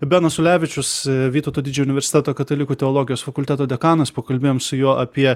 benas ulevičius vytauto didžiojo universiteto katalikų teologijos fakulteto dekanas pakalbėjom su juo apie